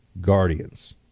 guardians